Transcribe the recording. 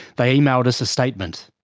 they emailed us a statement.